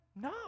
no